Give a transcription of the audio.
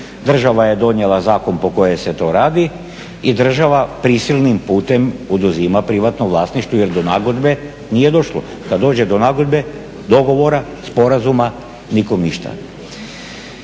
država je donijela zakon po kojem se to radi i država prisilnim putem oduzima privatno vlasništvo jer do nagodbe nije došlo. Kad dođe do nagodbe dogovora, sporazuma nikom ništa.